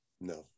No